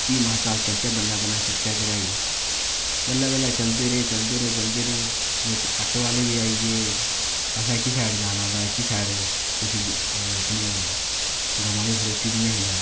फ्ही महां चल चलचै बल्लें बल्लें चढ़चै चढ़ाई बल्लै बल्लै चलदे रेह् चलदे रेह् चलदे रेह् बिच ऑटो आह्ले बी आई गे असें एह्की साईड जाना एह्की साईड किश गमां बी खड़ोती दियां हियां